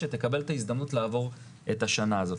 שתקבל את ההזדמנות לעבור את השנה הזאת.